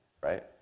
Right